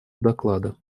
доклада